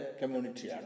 community